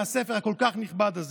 מהספר הכל-כך נכבד הזה: